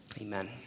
amen